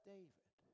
David